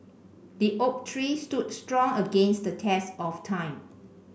the oak tree stood strong against the test of time